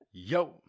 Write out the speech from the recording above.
yo